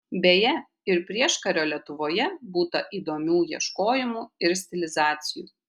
beje ir prieškario lietuvoje būta įdomių ieškojimų ir stilizacijų